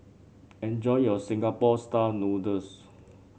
enjoy your Singapore style noodles